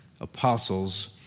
apostles